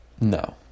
No